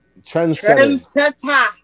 Trendsetter